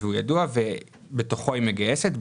והוא ידוע ובתוכו היא מגייסת.